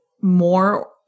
more